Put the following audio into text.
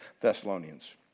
Thessalonians